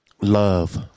love